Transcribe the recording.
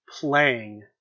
playing